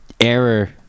error